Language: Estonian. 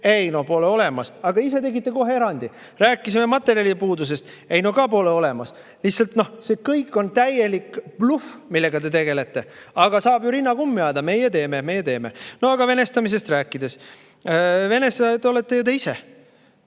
Ei, no pole olemas! Aga ise tegite kohe erandi. Rääkisime materjali puudusest. Ka pole olemas. Lihtsalt, noh, see kõik on täielik bluff, millega te tegelete. Aga saab ju rinna kummi ajada: meie teeme! Meie teeme! Aga kui venestamisest rääkida, siis venestajad olete ju te ise.